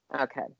Okay